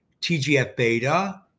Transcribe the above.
TGF-beta